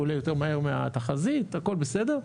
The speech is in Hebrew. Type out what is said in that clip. הוא עולה יותר מהר מהתחזית, הכול בסדר.